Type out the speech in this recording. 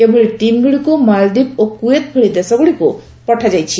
ଏଭଳି ଟିମ୍ଗୁଡ଼ିକୁ ମାଳଦୀପ ଓ କୁଏତ୍ ଭଳି ଦେଶଗୁଡ଼ିକୁ ପଠାଯାଇଛି